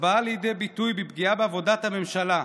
הבאה לידי ביטוי בפגיעה בעבודת הממשלה,